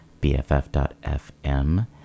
BFF.fm